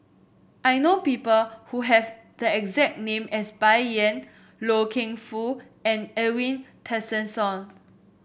I know people who have the exact name as Bai Yan Loy Keng Foo and Edwin Tessensohn